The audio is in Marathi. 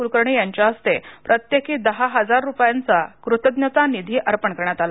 कुलकर्णी यांच्या हस्ते प्रत्येकी दहा हजार रुपयांचा कुतज्ञता निधी अर्पण करण्यात आला